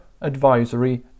Advisory